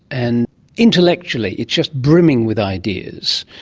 and intellectually it's just brimming with ideas.